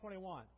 21